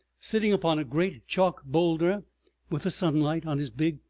sitting upon a great chalk boulder with the sunlight on his big,